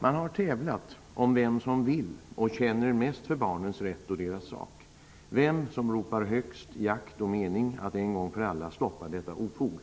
Man har tävlat om vem som vill och känner mest för barnens rätt och deras sak; vem som har ropat högst i akt och mening att en gång för alla stoppa detta ofog.